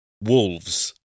Wolves